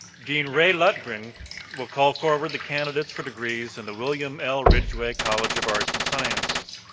dean ray lutgring will call forward the candidates for degrees in the william l. ridgeway college of arts and sciences.